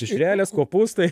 dešrelės kopūstai